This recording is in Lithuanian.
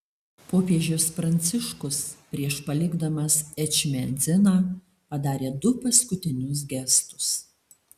popiežius pranciškus prieš palikdamas ečmiadziną padarė du paskutinius gestus